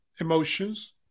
emotions